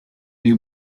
new